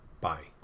Bye